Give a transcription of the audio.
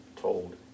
told